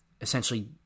essentially